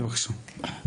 בבקשה.